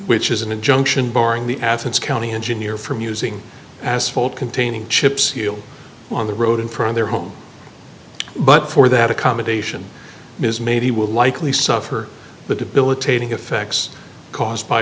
which is an injunction barring the absence county engineer from using asphalt containing chips on the road in from their home but for that accommodation is made he will likely suffer the debilitating effects caused by